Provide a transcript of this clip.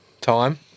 Time